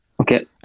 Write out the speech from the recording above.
okay